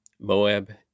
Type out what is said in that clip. Moab